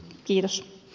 kiitos